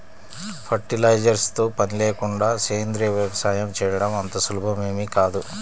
fertilisers తో పని లేకుండా సేంద్రీయ వ్యవసాయం చేయడం అంత సులభమేమీ కాదు